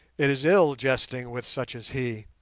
it is ill jesting with such as he.